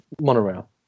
monorail